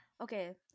okay